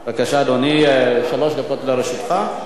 בבקשה, אדוני, שלוש דקות לרשותך.